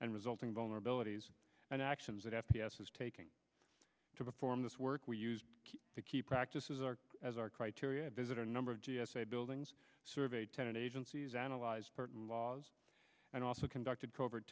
and resulting vulnerabilities and actions that f p s is taking to perform this work we used to keep practices our as our criteria visitor number of g s a buildings surveyed ten agencies analyzed purton laws and also conducted cover